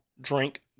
drink